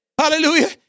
Hallelujah